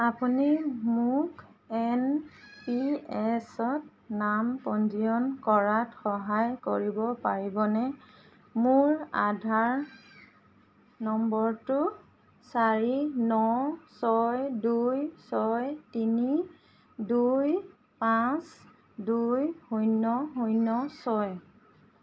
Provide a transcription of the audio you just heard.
আপুনি মোক N P S ত নাম পঞ্জীয়ন কৰাত সহায় কৰিব পাৰিবনে মোৰ আধাৰ নম্বৰটো চাৰি ন ছয় দুই ছয় তিনি দুই পাঁচ দুই শূন্য শূন্য ছয়